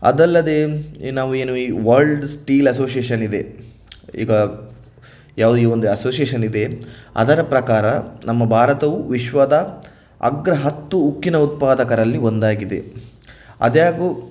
ಅದಲ್ಲದೇ ನಾವು ಏನು ಈ ವರ್ಲ್ಡ್ ಸ್ಟೀಲ್ ಅಸೋಸಿಯೇಷನ್ ಇದೆ ಈಗ ಯಾವುದೇ ಒಂದು ಅಸೋಸಿಯೇಷನ್ ಇದೆ ಅದರ ಪ್ರಕಾರ ನಮ್ಮ ಭಾರತವು ವಿಶ್ವದ ಅಗ್ರ ಹತ್ತು ಉಕ್ಕಿನ ಉತ್ಪಾದಕರಲ್ಲಿ ಒಂದಾಗಿದೆ ಆದಾಗ್ಯೂ